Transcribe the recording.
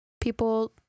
people